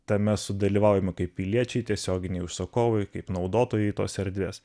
tame sudalyvaujame kaip piliečiai tiesioginiai užsakovai kaip naudotojai tos erdvės